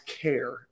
care